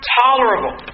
tolerable